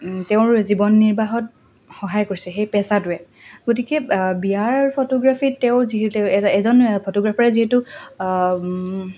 তেওঁৰ জীৱন নিৰ্বাহত সহায় কৰিছে সেই পেচাটোৱে গতিকে বিয়াৰ ফটোগ্ৰাফীত তেওঁ যি এজন ফটোগ্ৰাফাৰে যিহেতু